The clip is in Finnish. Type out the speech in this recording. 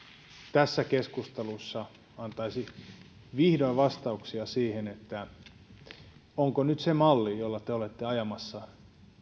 tässä keskustelussa antaisi vihdoin vastauksia siihen onko se malli jolla te olette ajamassa kilpailutusta